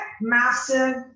massive